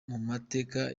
mateka